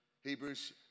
Hebrews